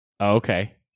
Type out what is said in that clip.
Okay